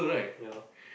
ya